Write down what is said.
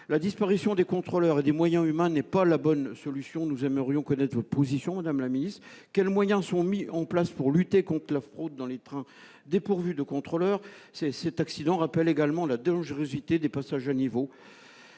La disparition des contrôleurs et des moyens humains n'est pas la bonne solution. Nous aimerions donc connaître votre position sur ce point. Quels moyens sont mis en place pour lutter contre la fraude dans les trains dépourvus de contrôleur ? Cet accident rappelle également la dangerosité des passages à niveau.